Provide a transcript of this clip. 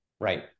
Right